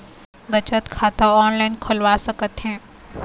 बचत खाता ऑनलाइन खोलवा सकथें?